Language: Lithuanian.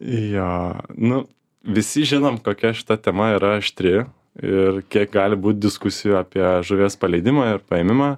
jo nu visi žinom kokia šita tema yra aštri ir kiek gali būt diskusijų apie žuvies paleidimą ir paėmimą